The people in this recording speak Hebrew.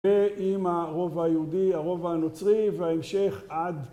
זה עם הרובע היהודי, הרובע הנוצרי, וההמשך עד...